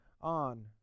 on